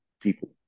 people